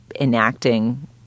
enacting